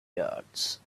yards